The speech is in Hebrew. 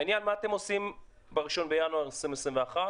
העניין הוא מה אתם עושים ב-1 בינואר 2021,